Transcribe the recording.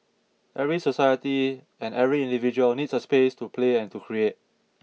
every society and every individual needs a space to play and to create